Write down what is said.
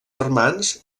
germans